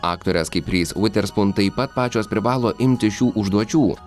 aktorės kaip rys viterspun taip pat pačios privalo imtis šių užduočių